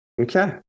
Okay